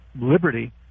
liberty